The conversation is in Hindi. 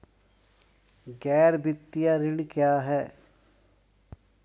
गैर वित्तीय ऋण क्या है?